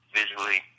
visually